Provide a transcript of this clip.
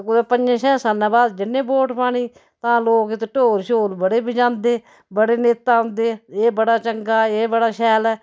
कुतै पंजे छे सालें बाद जन्ने वोट पाने ई तां लोक इत्त ढोल छोल बड़े बजांदे बड़े नेता औंदे एह् बड़ा चंगा ऐ एह् बड़ा शैल ऐ